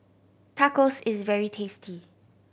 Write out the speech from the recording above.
tacos is very tasty